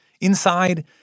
Inside